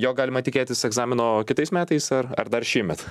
jo galima tikėtis egzamino kitais metais ar ar dar šįmet